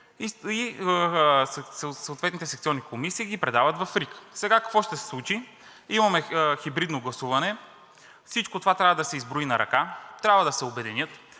и съответните секционни комисии ги предават в РИК. Сега какво ще се случи? Имаме хибридно гласуване и всичко това трябва да се изброи на ръка, трябва да се обединят,